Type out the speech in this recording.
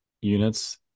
units